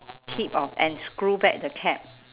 tip of and screw back the cap